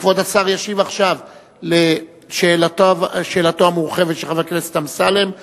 כבוד השר ישיב עכשיו על שאלתו המורחבת של חבר הכנסת אמסלם,